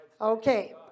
Okay